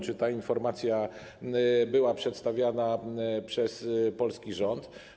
Czy ta informacja była przedstawiana przez polski rząd?